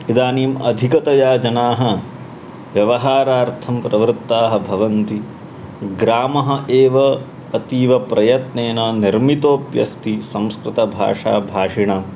इदानीम् अधिकतया जनाः व्यवहारार्थं प्रवृत्ताः भवन्ति ग्रामः एव अतीव प्रयत्नेन निर्मितोप्यस्ति संस्कृतभाषाभाषिणाम्